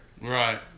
Right